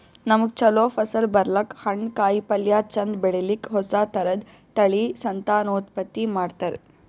ನಮ್ಗ್ ಛಲೋ ಫಸಲ್ ಬರ್ಲಕ್ಕ್, ಹಣ್ಣ್, ಕಾಯಿಪಲ್ಯ ಚಂದ್ ಬೆಳಿಲಿಕ್ಕ್ ಹೊಸ ಥರದ್ ತಳಿ ಸಂತಾನೋತ್ಪತ್ತಿ ಮಾಡ್ತರ್